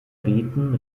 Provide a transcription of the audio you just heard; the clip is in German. beten